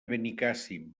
benicàssim